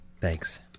Thanks